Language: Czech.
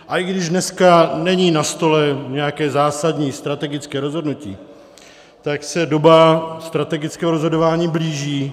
A i když dneska není na stole nějaké zásadní strategické rozhodnutí, tak se doba strategického rozhodování blíží.